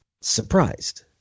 surprised